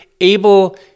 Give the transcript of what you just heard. able